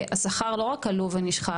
השכר לא רק עלוב ונשחק,